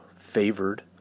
favored